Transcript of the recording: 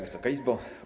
Wysoka Izbo!